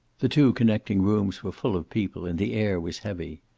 the two connecting rooms were full of people, and the air was heavy.